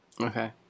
Okay